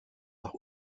nach